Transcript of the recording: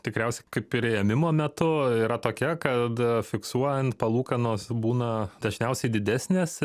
tikriausiai kaip ir ėmimo metu yra tokia kad fiksuojant palūkanos būna dažniausiai didesnės